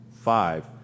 five